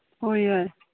ꯍꯣꯏ ꯌꯥꯏ